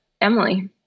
Emily